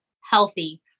healthy